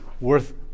worth